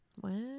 Wow